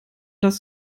das